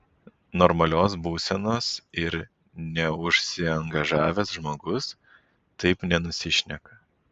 normalios būsenos ir neužsiangažavęs žmogus taip nenusišneka